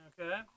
Okay